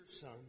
son